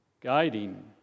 guiding